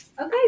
Okay